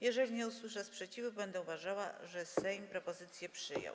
Jeżeli nie usłyszę sprzeciwu, będę uważała, że Sejm propozycję przyjął.